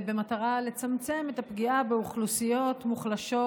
במטרה לצמצם את הפגיעה באוכלוסיות מוחלשות